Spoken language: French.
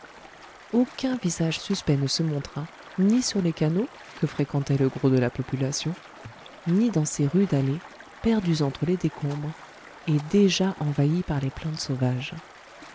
aucun visage suspect ne se montra ni sur les canaux que fréquentait le gros de la population ni dans ces rues dallées perdues entre les décombres et déjà envahies par les plantes sauvages